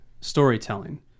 storytelling